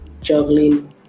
juggling